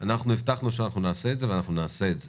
אנחנו הבטחנו שנעשה את זה, ואנחנו נעשה את זה.